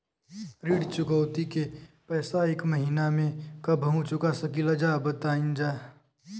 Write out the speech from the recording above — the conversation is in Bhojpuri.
ऋण चुकौती के पैसा एक महिना मे कबहू चुका सकीला जा बताईन जा?